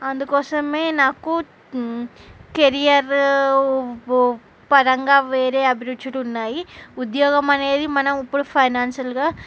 అందుకోసమే నాకు కెరియర్ వ్ పరంగా వేరే అభిరుచులు ఉన్నాయి ఉద్యోగం అనేది మనం ఇప్పుడు ఫైనాన్ష్యల్గా